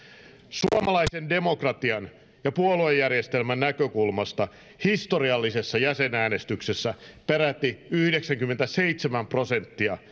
suomalaisen demokratian ja puoluejärjestelmän näkökulmasta historiallisessa jäsenäänestyksessä peräti yhdeksänkymmentäseitsemän prosenttia